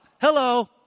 Hello